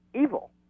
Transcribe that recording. evil